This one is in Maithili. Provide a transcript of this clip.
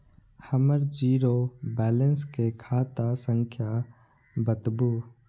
हमर जीरो बैलेंस के खाता संख्या बतबु?